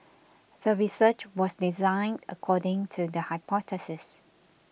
the research was designed according to the hypothesis